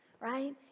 Right